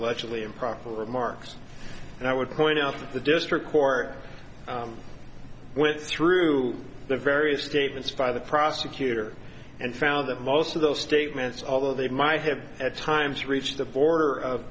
allegedly improper remarks and i would point out that the district court went through the various statements by the prosecutor and found that most of those statements although they might have at times reached the border of